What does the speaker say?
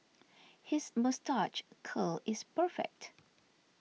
his moustache curl is perfect